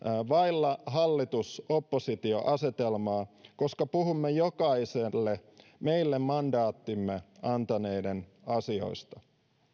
vailla hallitus oppositio asetelmaa koska puhumme jokaiselle meille mandaattimme antaneiden asioista